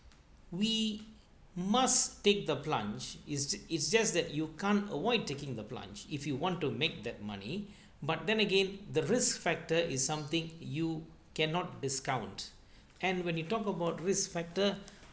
we must take the plunge it's it's just that you can't avoid taking the plunge if you want to make that money but then again the risk factor is something you cannot discount and when you talk about risk factor